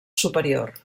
superior